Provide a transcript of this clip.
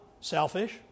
Selfish